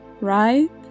right